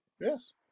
Yes